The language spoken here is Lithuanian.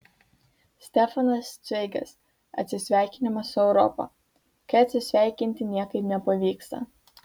stefanas cveigas atsisveikinimas su europa kai atsisveikinti niekaip nepavyksta